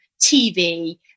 tv